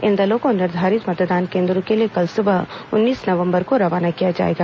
इन दलों को निर्धारित मतदान केन्द्रों के लिए कल सुबह उन्नीस नवंबर को रवाना किया जाएगा